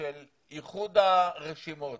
של איחוד הרשימות